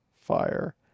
fire